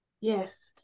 Yes